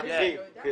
כן.